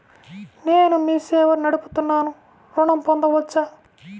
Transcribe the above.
నేను మీ సేవా నడుపుతున్నాను ఋణం పొందవచ్చా?